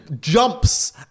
jumps